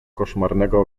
koszmarnego